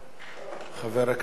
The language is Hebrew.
חבר הכנסת אורי מקלב,